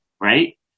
right